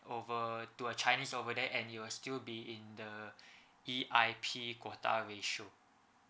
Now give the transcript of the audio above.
over to a chinese over there and it will still be in the E_I_P quota ration